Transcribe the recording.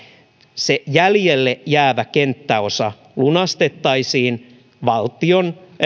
se jäljelle jäävä kenttäosa lunastettaisiin valtion